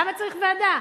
למה צריך ועדה?